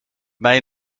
main